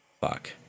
Fuck